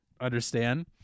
understand